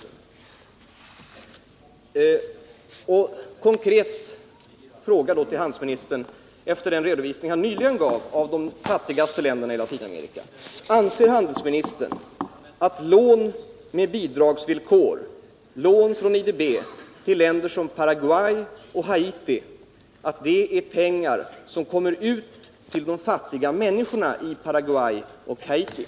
En konkret fråga till handelsministern efter den redovisning han nyss gav beträffande de fattigaste länderna i Latinamerika: Anser handelsministern att lån med bidragsvillkor, från IDB till länder som Paraguay och Haiti, är pengar som kommer ut till de fattiga människorna i dessa länder?